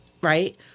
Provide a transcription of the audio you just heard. right